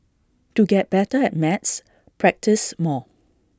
to get better at maths practise more